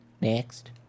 Next